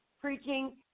preaching